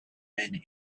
men